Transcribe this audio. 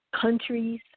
countries